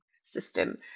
system